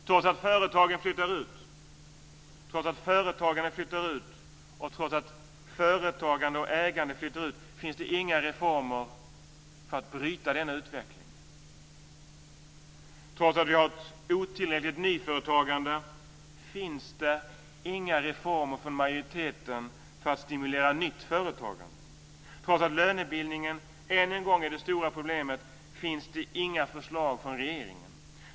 Trots att företagen flyttar ut, trots att företagarna flyttar ut och trots att företagande och ägande flyttar ut finns det inga reformer för att bryta denna utveckling. Trots att vi har ett otillräckligt nyföretagande finns det inga reformer från majoriteten för att stimulera nytt företagande. Trots att lönebildningen än en gång är det stora problemet finns det inga förslag från regeringen.